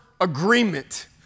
agreement